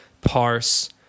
parse